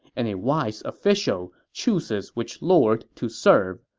and a wise official chooses which lord to serve.